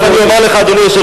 לא מוכנים לגור ליד יהודים.